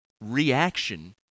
reaction